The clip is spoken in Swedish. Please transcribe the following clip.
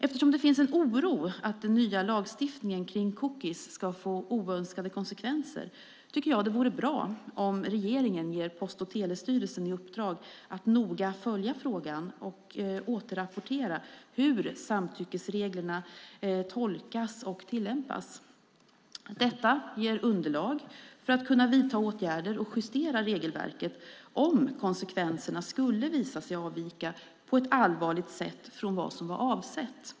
Eftersom det finns en oro för att den nya lagstiftningen kring cookies ska få oönskade konsekvenser tycker jag att det vore bra om regeringen ger Post och telestyrelsen i uppdrag att noga följa frågan och återrapportera hur samtyckesreglerna tolkas och tillämpas. Detta ger underlag för att kunna vidta åtgärder och justera regelverket om konsekvenserna skulle visa sig avvika på ett allvarligt sätt från vad som var avsett.